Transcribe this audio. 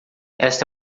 esta